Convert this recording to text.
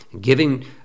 giving